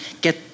get